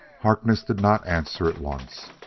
harkness did not answer at once.